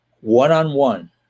one-on-one